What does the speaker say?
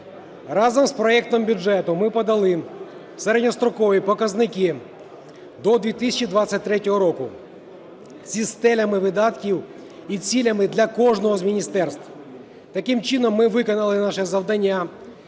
Разом з проектом бюджету ми подали середньострокові показники до 2023 року зі стелями видатків і цілями для кожного з міністерств. Таким чином ми виконали наше завдання